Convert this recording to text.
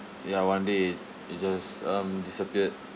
ya one day it just um disappeared